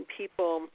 people